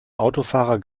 autofahrer